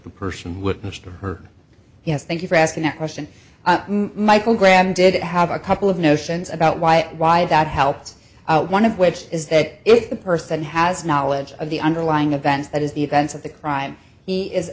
the person witnessed her yes thank you for asking that question michael graham did have a couple of notions about why why that helped out one of which is that if the person has knowledge of the underlying advance that is the events of the crime